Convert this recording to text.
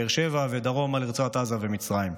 באר שבע ודרומה לרצועת עזה ומצרים.